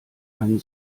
einen